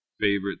favorite